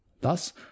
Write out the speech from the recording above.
Thus